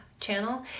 channel